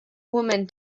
woman